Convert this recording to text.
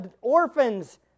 orphans